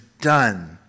done